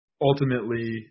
ultimately